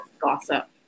gossip